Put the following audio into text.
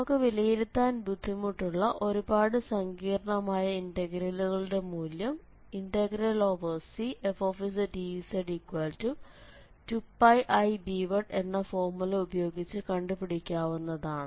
നമുക്ക് വിലയിരുത്താൻ ബുദ്ധിമുട്ടുള്ള ഒരുപാട് സങ്കീർണ്ണമായ ഇന്റഗ്രലുകളുടെ മൂല്യം Cfzdz2πib1എന്ന ഫോർമുല ഉപയോഗിച്ച് കണ്ടുപിടിക്കാവുന്നതാണ്